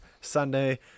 sunday